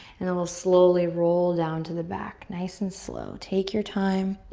and then we'll slowly roll down to the back, nice and slow. take your time.